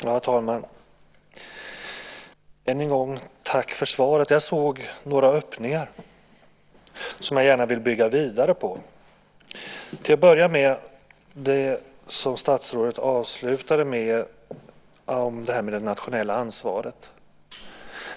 Herr talman! Än en gång tackar jag för svaret. Jag såg några öppningar som jag gärna vill bygga vidare på. Till att börja med avslutade statsrådet med att tala om det nationella ansvaret.